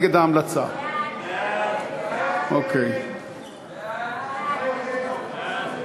המלצת הוועדה המשותפת של ועדת החוץ והביטחון וועדת החוקה,